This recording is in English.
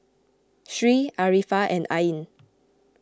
Sri Arifa and Ain